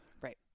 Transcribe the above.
Right